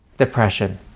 Depression